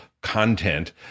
content